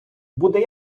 буде